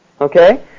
Okay